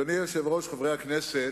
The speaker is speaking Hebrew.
אדוני היושב-ראש, חברי הכנסת,